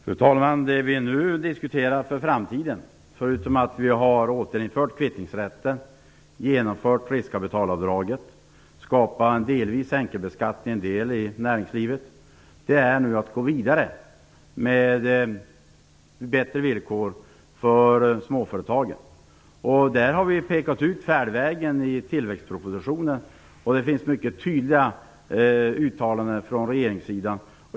Fru talman! Det vi nu diskuterar för framtiden - förutom att vi har återinfört kvittningsrätten, genomfört riskkapitalavdraget, skapat en delvis enkelbeskattning i en del av näringslivet - är att gå vidare med bättre villkor för småföretagen. Vi har pekat ut färdvägen i tillväxtpropositionen. Där finns mycket mycket tydliga uttalanden från regeringssidan.